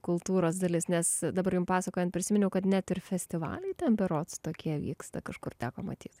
kultūros dalis nes dabar jum pasakojant prisiminiau kad net ir festivaliai ten berods tokie vyksta kažkur teko matyt